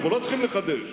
אנחנו לא צריכים לחדש,